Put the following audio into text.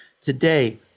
Today